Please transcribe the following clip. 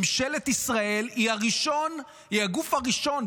ממשלת ישראל היא הגוף הראשון,